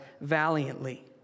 valiantly